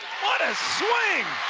what a swing!